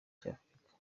cy’afurika